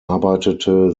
arbeitete